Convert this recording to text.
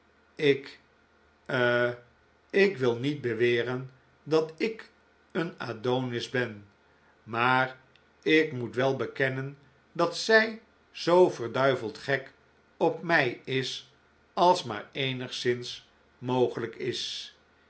ik eh ik wil niet beweren dat ik een adonis ben maar ik moet wel bekennen dat zij zoo verduiveld gek op mij is als maar eenigszins mogelijk is